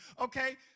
okay